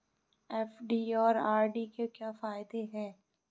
FD और RD के क्या फायदे हैं?